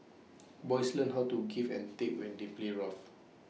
boys learn how to give and take when they play rough